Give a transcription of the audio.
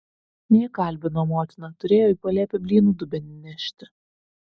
neįkalbino motina turėjo į palėpę blynų dubenį nešti